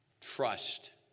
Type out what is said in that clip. trust